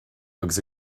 agus